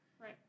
Right